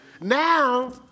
Now